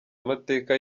amateka